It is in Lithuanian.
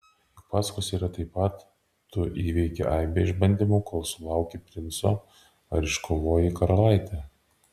juk pasakose yra taip pat tu įveiki aibę išbandymų kol sulauki princo ar iškovoji karalaitę